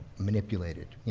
manipulated,